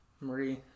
Marie